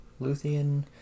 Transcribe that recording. Luthien